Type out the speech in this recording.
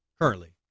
currently